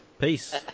Peace